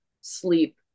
sleep